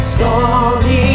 Stormy